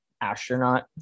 Astronaut